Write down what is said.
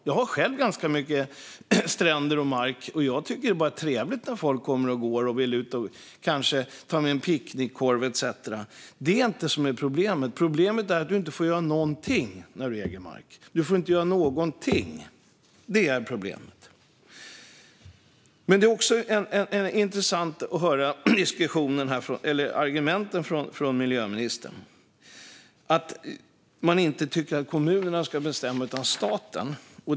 Jag har själv ganska mycket stränder och mark, och jag tycker bara att det är trevligt när folk kommer och går och vill ut med en picknickkorg. Det är inte det som är problemet. Problemet är att du inte får göra någonting när du äger mark. Det är också intressant att höra argumenten från miljöministern och att man tycker att det är staten som ska bestämma och inte kommunerna.